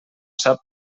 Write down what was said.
sap